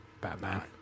Batman